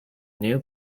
new